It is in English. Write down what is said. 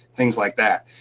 things like that.